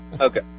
Okay